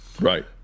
right